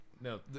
No